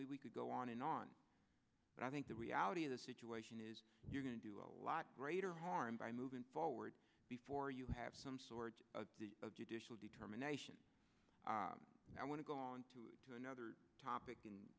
we could go on and on but i think the reality of the situation is you're going to do a lot greater harm by moving forward before you have some sort of judicial determination i want to go on to another topic